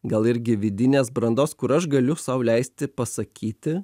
gal irgi vidinės brandos kur aš galiu sau leisti pasakyti